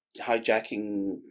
hijacking